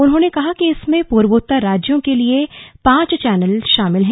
उन्होंने कहा कि इसमें पूर्वोत्तर राज्यों के लिए पांच चैनल शामिल हैं